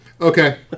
Okay